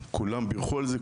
כולם בירכו על זה,